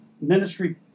ministry